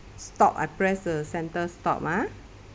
stop I press the centre stop ah